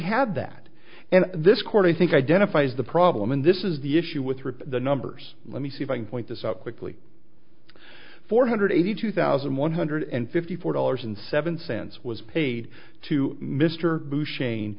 had that and this court i think identifies the problem and this is the issue with rip the numbers let me see if i can point this out quickly four hundred eighty two thousand one hundred and fifty four dollars and seven cents was paid to mr